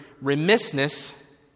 remissness